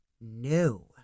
No